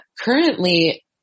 Currently